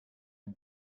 les